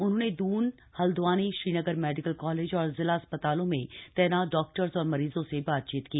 उन्होंने Doon Haldwani Srinagar medical college और जिला अस्पतालों में तैनात डाक्टर्स और मरीजों से बातचीत की